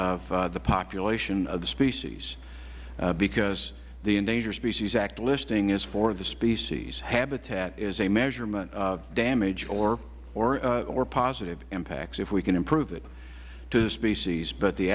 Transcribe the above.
of the population of the species because the endangered species act listing is for the species habitat is a measurement of damage or positive impacts if we can improve it to the species